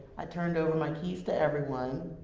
i turned over my keys to everyone,